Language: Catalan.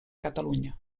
catalunya